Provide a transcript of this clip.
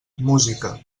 música